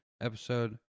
episode